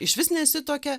išvis nesituokia